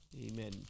amen